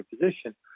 position